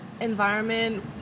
environment